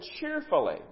cheerfully